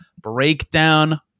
breakdown